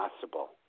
possible